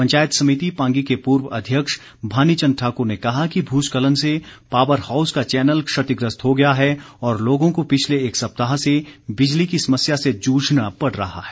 पंचायत समिति पांगी के पूर्व अध्यक्ष भानी चंद ठाकुर ने कहा कि भूस्खलन से पावर हाउस का चैनल क्षतिग्रस्त हो गया है और लोगों को पिछले एक सप्ताह से बिजली की समस्या से जूझना पड़ रहा है